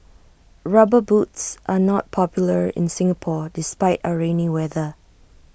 rubber boots are not popular in Singapore despite our rainy weather